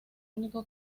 único